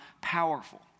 powerful